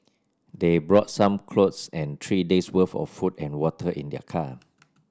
they brought some clothes and three days worth of food and water in their car